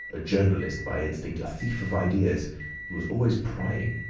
a journalist by instinct, a thief of ideas he was always prying!